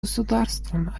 государством